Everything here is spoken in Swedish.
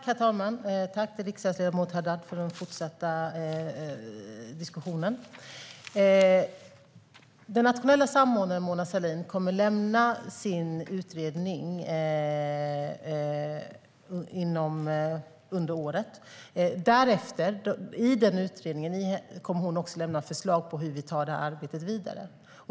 Herr talman! Tack, riksdagsledamot Haddad, för den fortsatta diskussionen! Den nationella samordnaren, Mona Sahlin, kommer att lämna sin utredning under året. I den utredningen kommer hon också att lämna förslag på hur vi ska ta arbetet vidare.